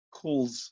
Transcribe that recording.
calls